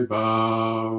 bow